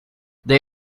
they